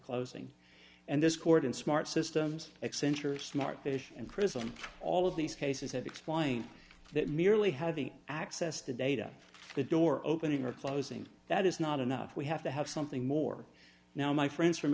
closing and this cord and smart systems accenture smart fish and prism all of these cases have explained that merely having access to data the door opening or closing that is not enough we have to have something more now my friends from